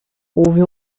houve